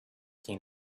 came